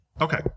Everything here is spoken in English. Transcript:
Okay